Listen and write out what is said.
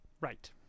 Right